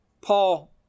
Paul